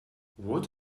what